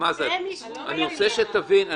אני רוצה שתבין.